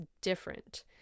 different